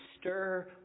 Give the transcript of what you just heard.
stir